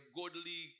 godly